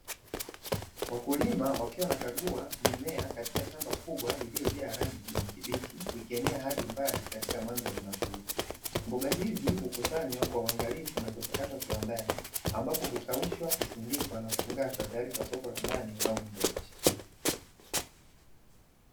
Wakulima wakiwa wanakagua mimea katika shamba kubwa lililojaa rangi ya kijani kibichi likienea hadi mbali katika mandhari mazuri, mboga hizi ukusanywa kwa uangalifu na kuchakatwa kiwandani, ambapo kukaushwa, kusindikwa na kufungashwa tayari kwa soko la ndani au soko la nje.